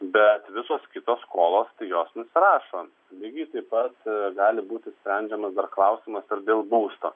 bet visos kitos skolos tai jos rašo lygiai taip pat gali būti sprendžiamas klausimas ar dėl būsto